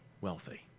wealthy